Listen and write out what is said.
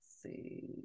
see